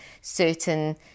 certain